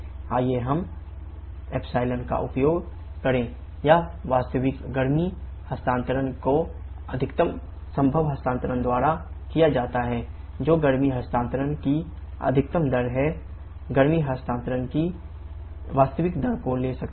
आइए हम ε का उपयोग करें यह वास्तविक गर्मी हस्तांतरण की वास्तविक दर को ले सकता है